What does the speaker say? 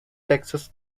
texas